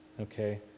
okay